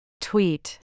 Tweet